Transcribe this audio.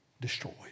destroyed